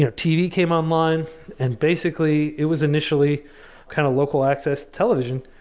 yeah tv came online and, basically, it was initially kind of local access television.